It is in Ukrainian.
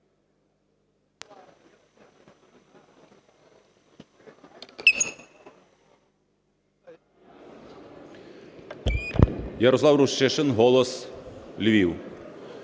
Ярослав Рущишин, "Голос", Львів.